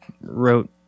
wrote